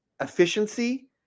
efficiency